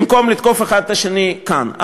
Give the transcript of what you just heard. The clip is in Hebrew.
במקום לתקוף אחד את השני כאן.